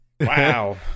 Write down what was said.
Wow